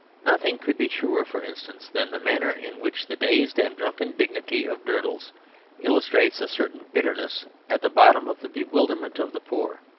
nothing could be truer, for instance, than the manner in which the dazed and drunken dignity of durdles illustrates a certain bitterness at the bottom of the bewilderment of the poor.